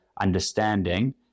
understanding